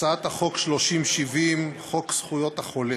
הצעת החוק פ/3070, חוק זכויות החולה.